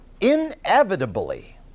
inevitably